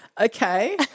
Okay